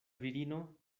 virino